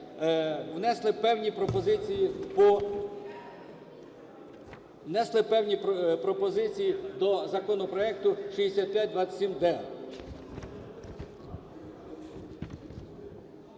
внесли певні пропозиції до законопроекту 6527-д.